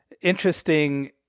interesting